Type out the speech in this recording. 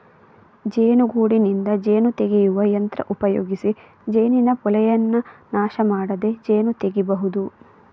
ಜೇನುಗೂಡಿನಿಂದ ಜೇನು ತೆಗೆಯುವ ಯಂತ್ರ ಉಪಯೋಗಿಸಿ ಜೇನಿನ ಪೋಳೆಯನ್ನ ನಾಶ ಮಾಡದೆ ಜೇನು ತೆಗೀಬಹುದು